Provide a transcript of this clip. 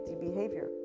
behavior